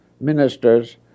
ministers